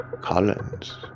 Collins